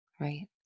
right